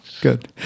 good